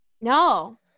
No